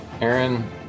Aaron